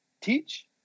teach